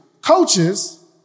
coaches